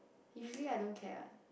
usually I don't care ah